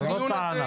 זו לא טענה.